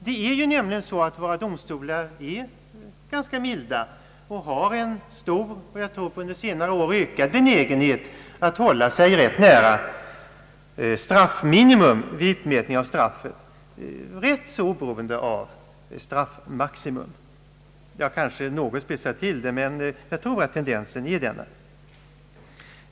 Det är nämligen så att våra domstolar är ganska milda och har en stor och som jag tror på senare år ökad benägenhet att hålla sig rätt nära straffminimum vid utmätning av straff — tämligen oberoende av straffmaximum. Jag kanske i någon mån spetsar till saken, men jag tror att tendensen är denna.